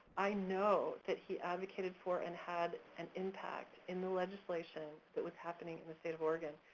i know that he advocated for and had an impact in the legislation that was happening in the state of oregon.